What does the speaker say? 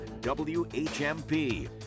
WHMP